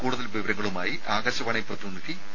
കൂടുതൽ വിവരങ്ങളുമായി ആകാശവാണി പ്രതിനിധി പി